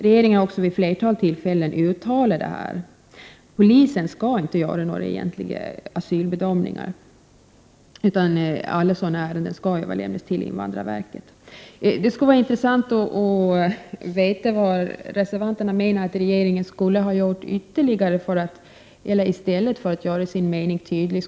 Regeringen har också vid flertalet tillfällen uttalat detta. Polisen skall inte göra några egentliga asylbedömningar, utan alla sådana ärenden skall överlämnas till invandrarverket. Det vore intressant att få veta vad reservanterna menar att regeringen skulle ha gjort i stället för att uttala sin tydliga mening.